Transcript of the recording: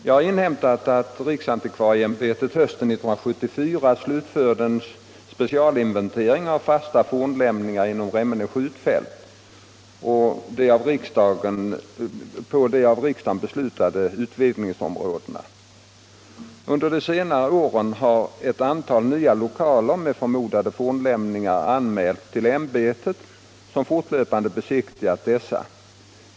Jag har inhämtat att riksantikvarieämbetet hösten 1974 slutfört en specialinventering av fasta fornlämningar inom Remmene skjutfält och de av riksdagen beslutade utvidgningsområdena. Under det senaste året har ett antal nya lokaler med förmodade fornlämningar anmälts till ämbetet, som fortlöpande besiktigar dessa.